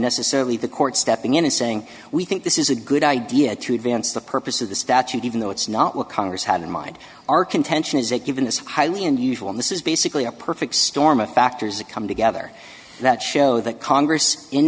necessarily the court stepping in and saying we think this is a good idea to advance the purpose of the statute even though it's not what congress had in mind our contention is that given it's highly unusual this is basically a perfect storm of factors that come together that show that congress in